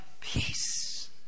Peace